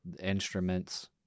instruments